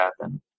happen